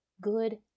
good